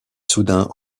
soudain